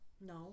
No